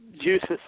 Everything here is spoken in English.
Juices